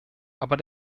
aber